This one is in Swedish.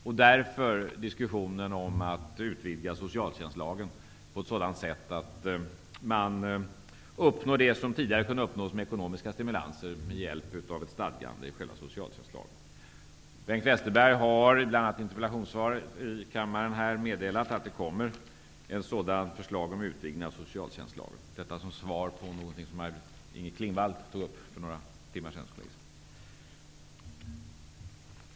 Därför förs en diskussion om att utvidga socialtjänstlagen på ett sådant sätt att man uppnår det som tidigare kunde uppnås med ekonomiska stimulanser med hjälp av ett stadgande i själva socialtjänstlagen. Bengt Westerberg har bl.a. i interpellationssvar här i riksdagen meddelat att ett förslag kommer om en utvidgning av socialtjänstlagen. Detta som svar på det som Maj Inger Klingvall tog upp för några timmar sedan i debatten.